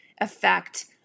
effect